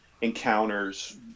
Encounters